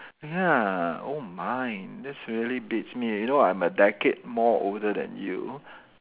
ya oh my that's really beats me you know I'm a decade more older than you